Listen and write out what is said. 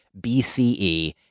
BCE